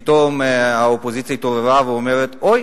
פתאום האופוזיציה התעוררה ואומרת: אוי,